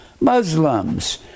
Muslims